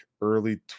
early